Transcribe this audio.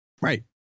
Right